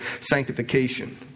sanctification